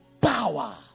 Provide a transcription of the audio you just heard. power